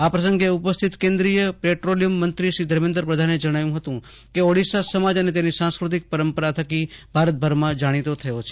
આ પ્રસંગે ઉપસ્થિત કેન્દ્રીય પેટ્રોલિયમ મંત્રી શ્રી ધર્મેન્દ્ર પ્રધાને જણાવ્યું હતું કે ઓડિશા સમાજ અને તેની સાંસ્કૃતિક પરંપરા થકી ભારતભરમાં જાણીતો થયો છે